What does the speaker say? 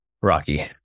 Rocky